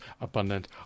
abundant